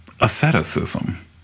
asceticism